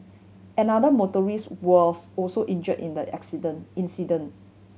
another was also injure in the accident incident